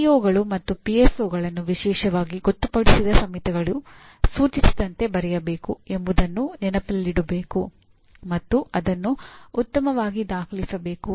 ಪಿಇಒಗಳು ಮತ್ತು ಪಿಎಸ್ಒಗಳನ್ನು ವಿಶೇಷವಾಗಿ ಗೊತ್ತುಪಡಿಸಿದ ಸಮಿತಿಗಳು ಸೂಚಿಸಿದಂತೆ ಬರೆಯಬೇಕು ಎಂಬುದನ್ನು ನೆನಪಿನಲ್ಲಿಡಬೇಕು ಮತ್ತು ಅದನ್ನು ಉತ್ತಮವಾಗಿ ದಾಖಲಿಸಬೇಕು